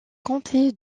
comté